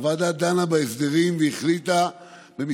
הוועדה דנה בהסדרים והחליטה בכמה